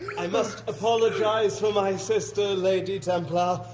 i must apologise for my sister, lady templar,